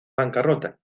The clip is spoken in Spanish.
bancarrota